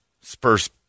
Spurs